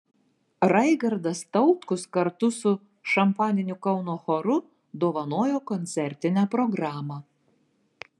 raigardas tautkus kartu su šampaniniu kauno choru dovanojo koncertinę programą